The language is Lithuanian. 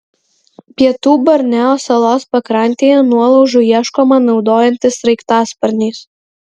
pietų borneo salos pakrantėje nuolaužų ieškoma naudojantis sraigtasparniais